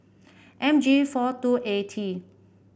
M G four two A T